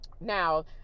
now